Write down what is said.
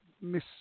Miss